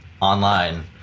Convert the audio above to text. online